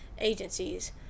agencies